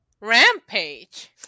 Rampage